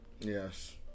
Yes